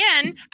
again